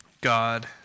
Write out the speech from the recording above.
God